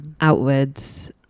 outwards